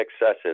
excessive